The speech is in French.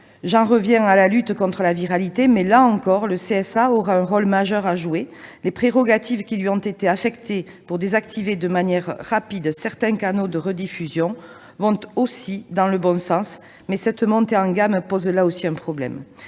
J'en reviens à la lutte contre la viralité. Là encore, le CSA aura un rôle majeur à jouer. Les prérogatives qui lui ont été données pour désactiver de manière rapide certains canaux de rediffusion vont aussi dans le bon sens, mais cette montée en gamme pose un problème